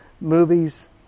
movies